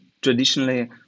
traditionally